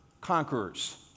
conquerors